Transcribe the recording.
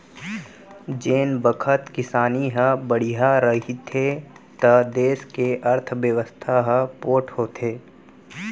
जेन बखत किसानी ह बड़िहा रहिथे त देस के अर्थबेवस्था ह पोठ होथे